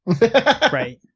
right